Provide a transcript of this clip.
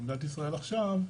ומדינת ישראל עכשיו,